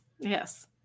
Yes